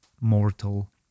mortal